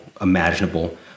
imaginable